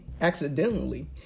accidentally